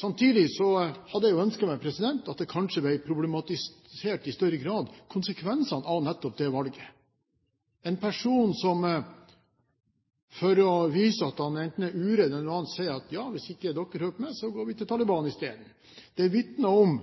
Samtidig hadde jeg ønsket at konsekvensene av nettopp det valget kanskje i større grad ble problematisert. En person som, for å vise at han enten er uredd eller noe annet, sier at hvis dere ikke hører på meg, så går vi til Taliban i stedet, vitner om